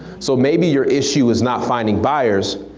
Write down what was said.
so maybe your issue is not finding buyers,